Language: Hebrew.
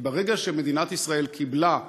כי ברגע שמדינת ישראל קיבלה,